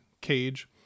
cage